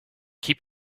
keep